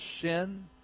sin